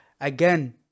again